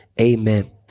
Amen